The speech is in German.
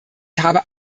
habe